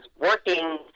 working